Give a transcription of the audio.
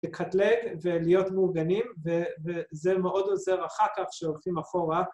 ‫לקטלג ולהיות מאורגנים, ‫וזה מאוד עוזר אחר כך שהולכים אחורה.